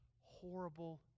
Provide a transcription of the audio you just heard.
horrible